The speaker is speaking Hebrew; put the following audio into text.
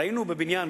ראינו בבניין,